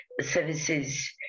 services